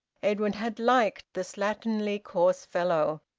edwin had liked the slatternly, coarse fellow.